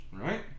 right